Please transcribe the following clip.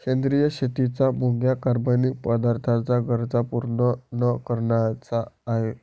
सेंद्रिय शेतीचा मुद्या कार्बनिक पदार्थांच्या गरजा पूर्ण न करण्याचा आहे